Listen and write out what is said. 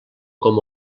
com